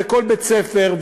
וכל בית-ספר,